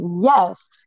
yes